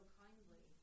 kindly